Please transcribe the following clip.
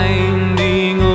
Finding